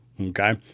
Okay